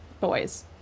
boys